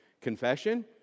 Confession